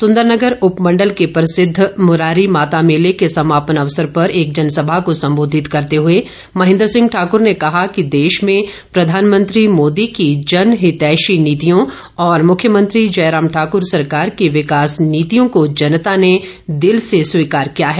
सुन्दरनगर उपमण्डल के प्रसिद्ध मुरारी माता मेले के समापन अवसर पर एक जनसभा को सम्बोधित करते हुए महेन्द्र सिंह ठाकुर ने कहा कि देश में प्रधानमंत्री मोदी की जनहितैषी नीतियों और मुख्यमंत्री जयराम ठाकुर सरकार की विकास नीतियों को जनता ने दिल से स्वीकार किया है